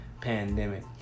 pandemic